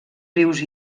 rius